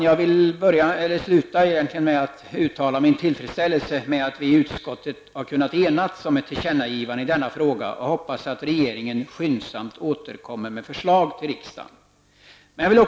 Jag vill sluta med att uttala min tillfredsställelse med att vi i utskottet har kunnat enas om ett tillkännagivande i denna fråga och hoppas att regeringen skyndsamt återkommer med förslag till riksdagen.